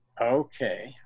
Okay